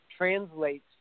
Translates